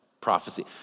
prophecy